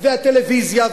והטלוויזיה,